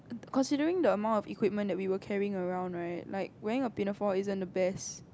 considering the amount of equipment that we were carrying around right like wearing a pinafore isn't the best